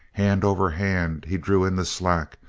hand over hand he drew in the slack,